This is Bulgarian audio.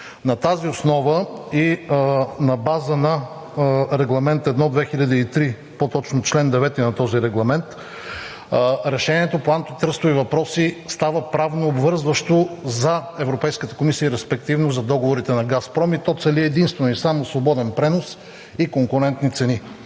На тази основа и на базата на Регламент 1/2003, по-точно чл. 9 на този регламент, решението по антитръстови въпроси става правнообвързващо за Европейската комисия и респективно за договорите на „Газпром“ и то цели единствено и само свободен пренос и конкурентни цени.